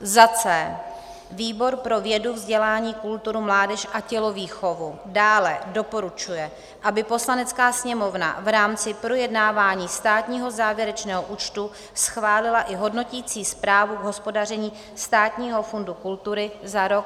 c) výbor pro vědu, vzdělání, kulturu, mládež a tělovýchovu dále doporučuje, aby Poslanecká sněmovna v rámci projednávání státního závěrečného účtu schválila i hodnoticí zprávu k hospodaření Státního fondu kultury za rok 2017;